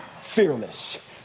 fearless